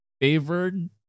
favored